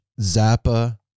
Zappa